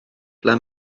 ble